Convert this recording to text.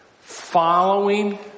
Following